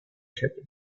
jefe